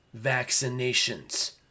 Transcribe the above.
vaccinations